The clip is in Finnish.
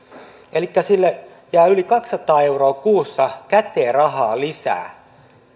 elikkä nyt sille pitkäaikaistyöttömälle jää yli kaksisataa euroa kuussa käteen rahaa lisää